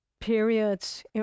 periods